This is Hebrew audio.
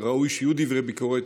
וראוי שיהיו דברי ביקורת,